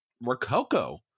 Rococo